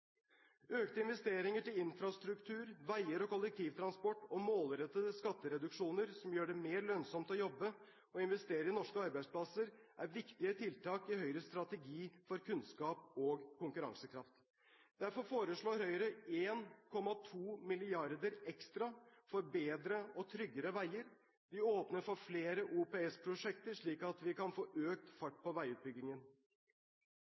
Økte investeringer til infrastruktur – veier og kollektivtransport – og målrettede skattereduksjoner som gjør det mer lønnsomt å jobbe og investere i norske arbeidsplasser, er viktige tiltak i Høyres strategi for kunnskap og konkurransekraft. Derfor foreslår Høyre 1,2 mrd. kr ekstra til bedre og tryggere veier. Vi åpner for flere OPS-prosjekter, slik at vi kan få økt